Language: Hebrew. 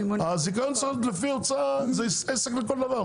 הזיכיון צריך להיות לפי הוצאה, זה עסק לכל דבר.